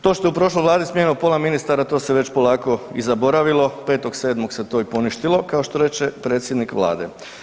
To što je u prošloj Vladi smijenio pola ministara, to se već polako i zaboravilo, 5.7. se to i poništilo, kao što reče predsjednik Vlade.